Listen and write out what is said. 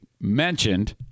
mentioned